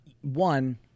one